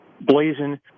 blazing